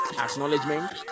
acknowledgement